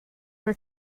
were